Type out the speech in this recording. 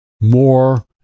more